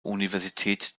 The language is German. universität